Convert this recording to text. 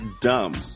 dumb